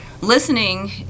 listening